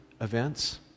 events